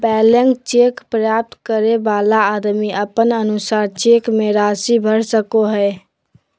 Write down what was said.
blank cheque प्राप्त करे वाला आदमी अपन अनुसार चेक मे राशि भर सको हय